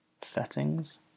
Settings